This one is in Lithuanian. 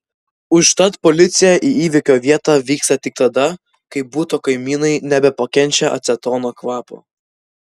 užtat policija į įvykio vietą vyksta tik tada kai buto kaimynai nebepakenčia acetono kvapo